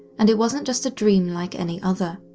and it wasn't just a dream like any other.